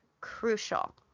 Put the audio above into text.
crucial